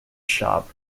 shop